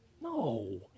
No